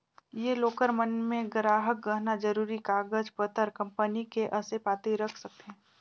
ये लॉकर मन मे गराहक गहना, जरूरी कागज पतर, कंपनी के असे पाती रख सकथें